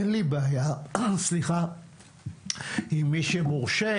אין לי בעיה עם מי שמורשה,